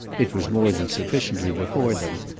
it was more than sufficiently before them.